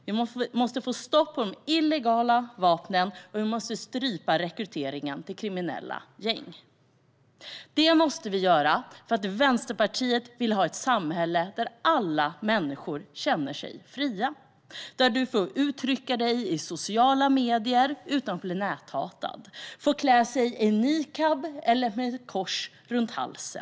Vi måste få stopp på de illegala vapnen, och vi måste strypa rekryteringen till kriminella gäng. Det måste vi göra. Vänsterpartiet vill nämligen ha ett samhälle där alla människor känner sig fria. Där får man uttrycka sig i sociala medier utan att bli näthatad. Man får klä sig i niqab eller ha ett kors runt halsen.